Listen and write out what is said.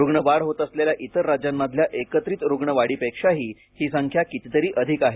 रुग्णवाढ होत असलेल्या इतर राज्यांमधल्या एकत्रित रुग्ण वाढीपेक्षाही ही संख्या कितीतरी अधिक आहे